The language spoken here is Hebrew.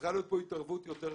צריכה להיות פה התערבות יותר